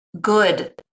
good